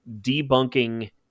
debunking